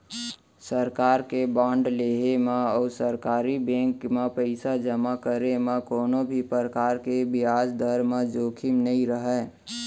सरकार के बांड लेहे म अउ सरकारी बेंक म पइसा जमा करे म कोनों भी परकार के बियाज दर म जोखिम नइ रहय